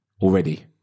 already